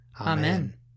Amen